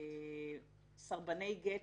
סרבני גט